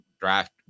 Draft